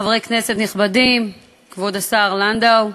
חברי כנסת נכבדים, כבוד השר לנדאו,